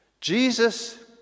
Jesus